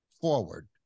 forward